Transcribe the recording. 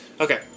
okay